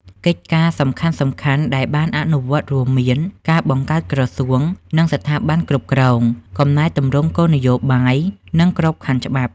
កិច្ចការសំខាន់ៗដែលបានអនុវត្តរួមមាន ការបង្កើតក្រសួង និងស្ថាប័នគ្រប់គ្រង កំណែទម្រង់គោលនយោបាយ និងក្របខណ្ឌច្បាប់។